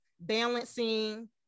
balancing